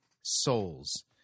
souls